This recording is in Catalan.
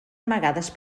amagades